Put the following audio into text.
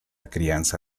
crianza